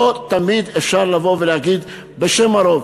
לא תמיד אפשר לבוא ולהגיד: בשם הרוב.